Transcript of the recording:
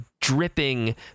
dripping